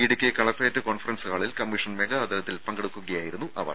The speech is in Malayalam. ഇടുക്കി കലക്ടറേറ്റ് കോൺഫറൻസ് ഹാളിൽ കമ്മീഷൻ മെഗാ അദാലത്തിൽ പങ്കെടുക്കുകയായിരിന്നു അവർ